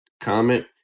comment